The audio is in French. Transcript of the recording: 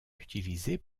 utilisés